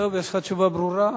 יש לך תשובה ברורה.